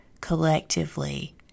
collectively